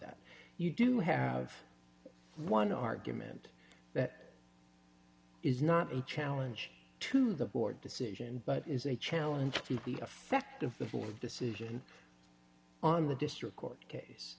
that you do have one argument that is not a challenge to the board decision but is a challenge to the effect of the board decision on the district court case